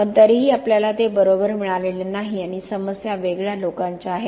पण तरीही आपल्याला ते बरोबर मिळालेले नाही आणि समस्या वेगळ्या लोकांच्या आहेत